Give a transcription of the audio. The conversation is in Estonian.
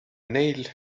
neil